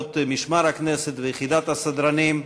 לרבות משמר הכנסת ויחידת הסדרנים,